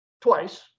twice